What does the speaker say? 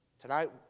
Tonight